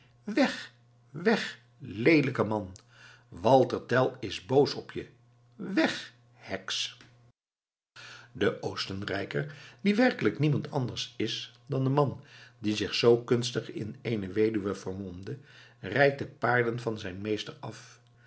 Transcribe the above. weg weg leelijke man walter tell is boos op je weg heks de oostenrijker die werkelijk niemand anders is dan de man die zich zoo kunstig in eene weduwe vermomde rijdt de paarden van zijn meester af